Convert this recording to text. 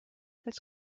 als